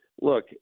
Look